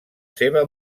seva